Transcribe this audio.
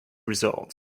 results